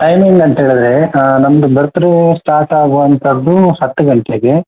timing ಅಂತಹೇಳದ್ರೆ ನಮ್ಮದು birthday start ಆಗುವಂಥದ್ದು ಹತ್ತು ಗಂಟೆಗೆ